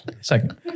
Second